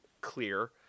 clear